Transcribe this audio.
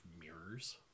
mirrors